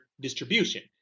distribution